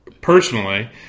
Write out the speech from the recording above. personally